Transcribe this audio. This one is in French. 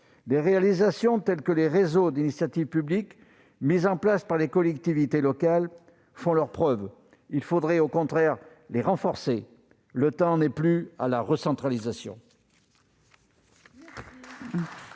Les réalisations telles que les réseaux d'initiative publique mises en place par les collectivités locales font leurs preuves. Il faudrait les renforcer. Le temps n'est plus à la recentralisation.